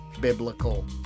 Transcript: biblical